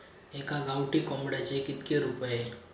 एका गावठी कोंबड्याचे कितके रुपये?